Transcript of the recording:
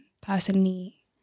personally